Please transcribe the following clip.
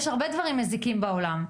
יש הרבה דברים מזיקים בעולם,